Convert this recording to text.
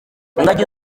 ingagi